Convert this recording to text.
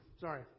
Sorry